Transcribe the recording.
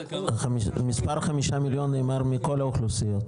המספר חמישה מיליון נאמר מכל האוכלוסיות.